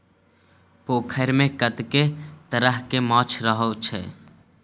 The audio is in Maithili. पोखैरमे कतेक तरहके माछ छौ रे?